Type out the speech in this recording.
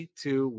two